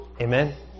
Amen